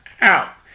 out